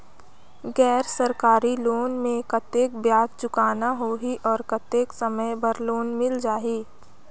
गैर सरकारी लोन मे कतेक ब्याज चुकाना होही और कतेक समय बर लोन मिल जाहि?